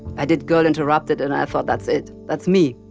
i did girl, interrupted and i thought that's it, that's me.